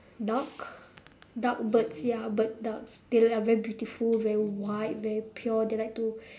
duck duck birds ya birds ducks they're like very beautiful very white very pure they like to